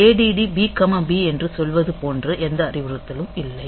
ADD B B என்று சொல்வது போன்ற எந்த அறிவுறுத்தலும் இல்லை